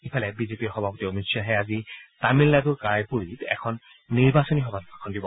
ইফালে বিজেপিৰ সভাপতি অমিত শ্বাহে আজি তামিলনাডুৰ কাৰাইপুৰিত এখন নিৰ্বাচনী সভাত ভাষণ দিব